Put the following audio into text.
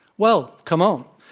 well, come on,